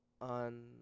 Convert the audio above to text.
on